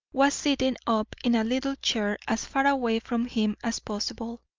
was sitting up in a little chair as far away from him as possible,